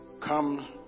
Come